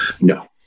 No